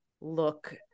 look